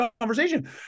conversation